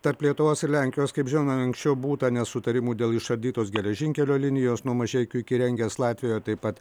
tarp lietuvos ir lenkijos kaip žinoma anksčiau būta nesutarimų dėl išardytos geležinkelio linijos nuo mažeikių iki rengės latvijoje taip pat